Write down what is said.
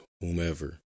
whomever